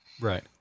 right